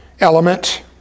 element